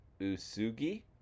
Usugi